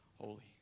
holy